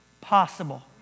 possible